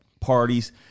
Parties